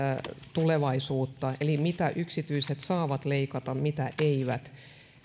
tulevaisuutta eli mitä yksityiset saavat leikata mitä eivät